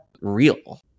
real